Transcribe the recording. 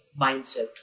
mindset